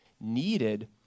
needed